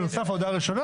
בנוסף להודעה הראשונה,